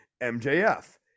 MJF